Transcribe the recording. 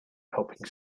helping